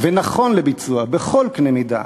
ונכון לביצוע, בכל קנה מידה,